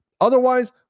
Otherwise